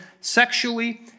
sexually